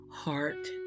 heart